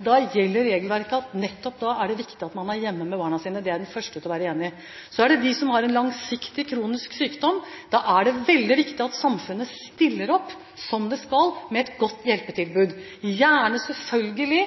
gjelder regelverket, og nettopp da er det viktig at man er hjemme med barna sine. Det er jeg den første til å være enig i. Så er det de som har en langsiktig, kronisk sykdom. Da er det veldig viktig at samfunnet stiller opp, som det skal, med et godt hjelpetilbud, gjerne selvfølgelig